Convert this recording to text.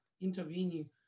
intervening